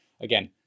again